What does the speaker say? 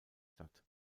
statt